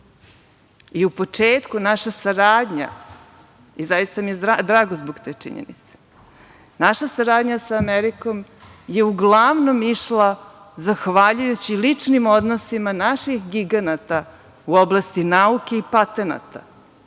i u početku naša saradnja, zaista mi je drago zbog te činjenice, sa Amerikom je uglavnom išla zahvaljujući ličnim odnosima naših giganata u oblasti nauke i patenata